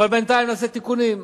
אבל בינתיים נעשה תיקונים.